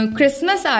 Christmas